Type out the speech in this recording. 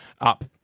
up